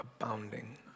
abounding